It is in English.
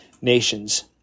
nations